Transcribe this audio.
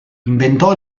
inventò